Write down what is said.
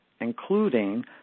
including